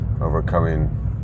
overcoming